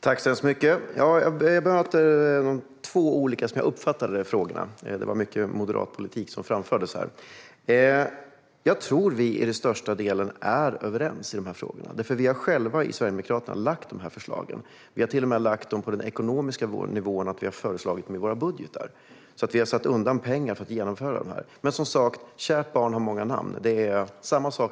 Fru talman! Jag bemöter de två frågorna som jag uppfattade. Det var mycket moderat politik som framfördes här. Jag tror att vi till största delen är överens i frågorna. Vi i Sverigedemokraterna har själva lagt fram förslagen, och vi har lagt fram dem på den ekonomiska nivån på så sätt att vi har föreslagit dem i våra budgetar. Vi har satt undan pengar för att genomföra förslagen. Men, som sagt, kärt barn har många namn.